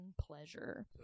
pleasure